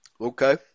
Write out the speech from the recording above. Okay